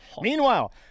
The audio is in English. Meanwhile